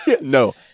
No